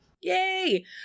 Yay